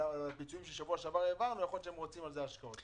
לפיצויים שהעברנו בשבוע שעבר הם רוצים עליו השקעות.